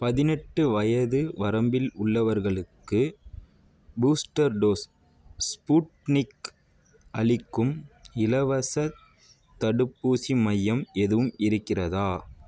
பதினெட்டு வயது வரம்பில் உள்ளவர்களுக்கு பூஸ்டர் டோஸ் ஸ்புட்னிக் அளிக்கும் இலவசத் தடுப்பூசி மையம் எதுவும் இருக்கிறதா